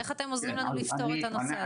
איך אתם עוזרים לנו לפתור את הנושא הזה?